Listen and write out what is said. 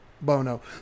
Bono